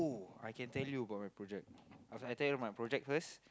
I can tell you about my project else I tell you my project first